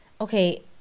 okay